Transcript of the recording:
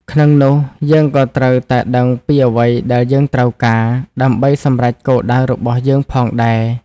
ក្នុងនោះយើងក៏ត្រូវតែដឹងពីអ្វីដែលយើងត្រូវការ ដើម្បីសម្រេចគោលដៅរបស់យើងផងដែរ។